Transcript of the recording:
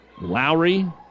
Lowry